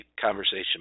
conversation